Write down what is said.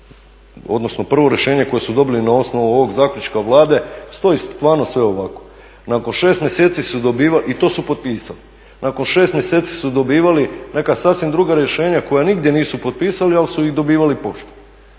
odnosno prvo rješenje koje su dobili na osnovu ovog zaključka Vlade stoji stvarno sve ovako. Nakon 6 mjeseci su dobivali i to su potpisali, nakon 6 mjeseci su dobivali neka sasvim druga rješenja koja nigdje nisu potpisali ali su ih dobivali poštom.